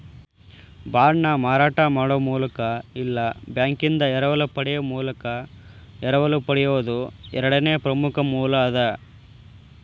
ಬಾಂಡ್ನ ಮಾರಾಟ ಮಾಡೊ ಮೂಲಕ ಇಲ್ಲಾ ಬ್ಯಾಂಕಿಂದಾ ಎರವಲ ಪಡೆಯೊ ಮೂಲಕ ಎರವಲು ಪಡೆಯೊದು ಎರಡನೇ ಪ್ರಮುಖ ಮೂಲ ಅದ